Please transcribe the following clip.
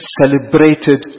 celebrated